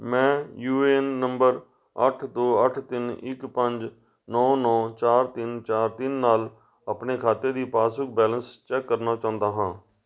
ਮੈਂ U A N ਨੰਬਰ ਅੱਠ ਦੋ ਅੱਠ ਤਿੰਨ ਇੱਕ ਪੰਜ ਨੌ ਨੌ ਚਾਰ ਤਿੰਨ ਚਾਰ ਤਿੰਨ ਨਾਲ ਆਪਣੇ ਖਾਤੇ ਦੀ ਪਾਸਬੁੱਕ ਬੈਲੇਂਸ ਚੈੱਕ ਕਰਨਾ ਚਾਹੁੰਦਾ ਹਾਂ